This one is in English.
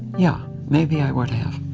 yeah, maybe, i would have.